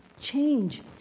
change